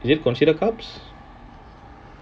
is it considered carbohydrates